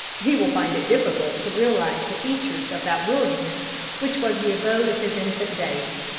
he will find it difficult to realise the features of that wilderness which was the abode of his infant days.